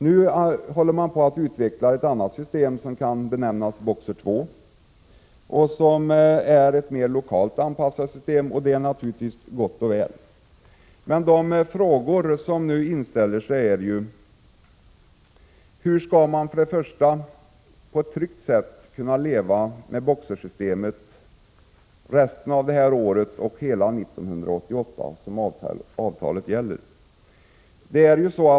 Nu håller man på att utveckla ett annat system, som kan benämnas BOKSER II och som är mer lokalt anpassat. Det är naturligtvis gott och väl, men de frågor som inställer sig är: Hur skall man på ett tryggt sätt kunna leva med BOKSER-systemet resten av det här året och hela 1988, som avtalet gäller?